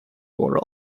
wore